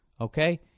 okay